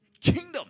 kingdom